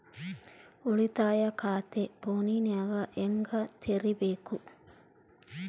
ಉಳಿತಾಯ ಖಾತೆ ಫೋನಿನಾಗ ಹೆಂಗ ತೆರಿಬೇಕು?